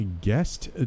guest